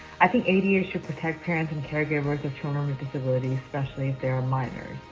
i think ada yeah should protect parents and care givers of children with disabilities especially if they are minors.